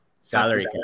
salary